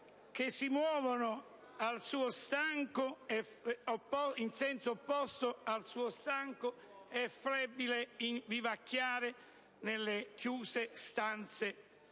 che si muove in senso opposto al suo stanco e flebile vivacchiare nelle chiuse stanze